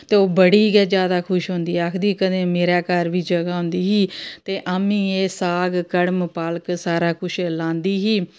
ते ओह् बड़ी गै जैदा खुश होंदी आखदी कदें मेरे घर बी जगह होंदी ही ते आमीं एह् साग कड़म पालक सारा कुछ लांदी ही